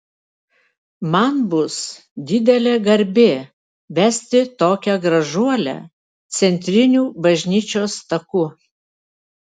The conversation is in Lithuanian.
man bus didelė garbė vesti tokią gražuolę centriniu bažnyčios taku